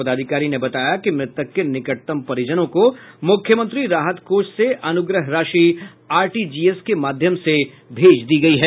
पदाधिकारी ने बताया कि मृतक के निकटतम परिजनों को मुख्यमंत्री राहत कोष से अनुग्रह राशि आरटीजीएस के माध्यम से भेज दी गयी है